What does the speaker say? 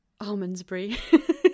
Almondsbury